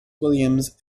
williams